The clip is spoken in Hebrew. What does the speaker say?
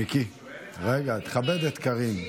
מיקי, תכבד את קארין.